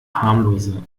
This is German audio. harmlose